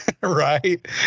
right